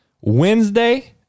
Wednesday